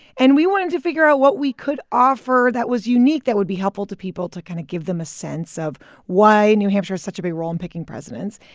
and we wanted to figure out what we could offer that was unique, that would be helpful to people, to kind of give them a sense of why new hampshire has such a big role in picking presidents.